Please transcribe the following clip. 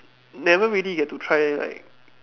never really get to try like